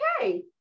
okay